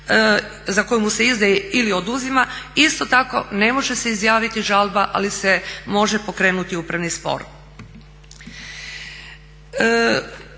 za koju mu se izdaje ili oduzima, isto tako ne može se izjaviti žalba ali se može pokrenuti upravni spor.